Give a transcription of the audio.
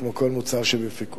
כמו כל מוצר אחר שבפיקוח,